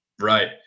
Right